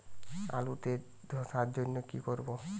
আলুতে ধসার জন্য কি করব?